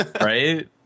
Right